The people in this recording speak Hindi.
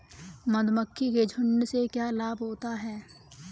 मधुमक्खी के झुंड से क्या लाभ होता है?